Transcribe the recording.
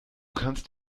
kannst